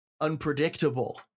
unpredictable